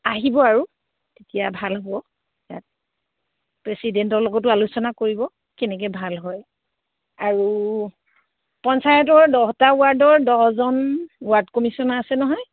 আহিব আৰু তেতিয়া ভাল হ'ব ইয়াত প্ৰেচিডেণ্টৰ লগতো আলোচনা কৰিব কেনেকৈ ভাল হয় আৰু পঞ্চায়তৰ দহটা ৱাৰ্ডৰ দহজন ৱাৰ্ড কমিছনাৰ আছে নহয়